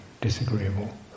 disagreeable